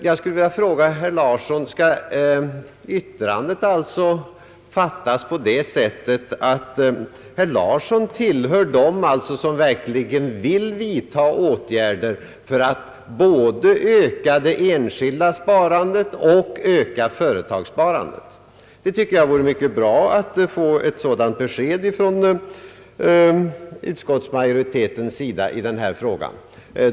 Jag skulle vilja fråga herr Larsson: Skall yttrandet alltså fattas på det sättet att herr Larsson tillhör dem som verkligen vill vidta åtgärder för att både öka det enskilda sparandet och öka företagssparandet? Jag tycker att det vore mycket bra att få ett sådant besked från utskottsmajoritetens sida i denna fråga.